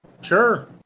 Sure